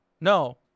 no